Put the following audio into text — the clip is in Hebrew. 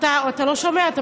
אתה לא שומע.